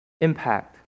impact